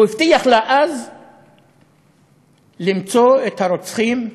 הוא הבטיח לה אז למצוא את הרוצחים,